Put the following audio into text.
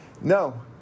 No